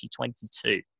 2022